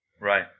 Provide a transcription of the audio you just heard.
Right